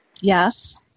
Yes